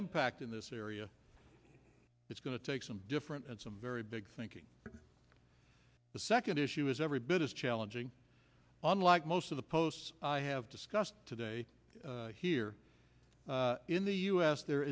impact in this area it's going to take some different and some very big thinking the second issue is every bit as challenging unlike most of the posts i have discussed today here in the u s there